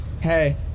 hey